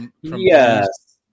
yes